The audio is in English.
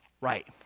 Right